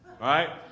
Right